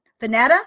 Panetta